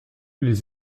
les